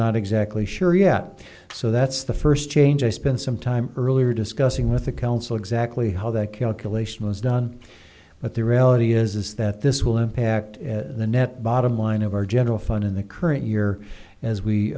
not exactly sure yet so that's the first change i spent some time earlier discussing with the council exactly how that calculation was done but the reality is is that this will impact the net bottom line of our general fund in the current year as we